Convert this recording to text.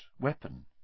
weapon